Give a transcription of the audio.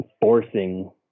forcing